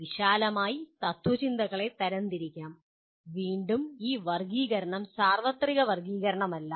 വിശാലമായി തത്ത്വചിന്തകളെ തരം തിരിക്കാം വീണ്ടും ഈ വർഗ്ഗീകരണം സാർവത്രിക വർഗ്ഗീകരണമല്ല